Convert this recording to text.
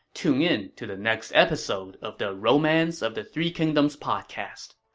tune in to the next episode of the romance of the three kingdoms podcast.